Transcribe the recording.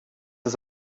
das